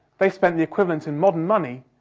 they spent the equivalent, in modern money,